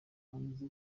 hanze